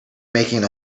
making